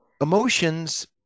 emotions